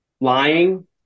lying